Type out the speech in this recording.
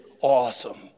awesome